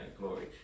Glory